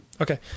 Okay